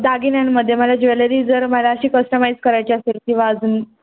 दागिन्यांमध्ये मला ज्वेलरी जर मला अशी कस्टमाइज करायची असेल किंवा अजून